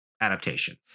adaptation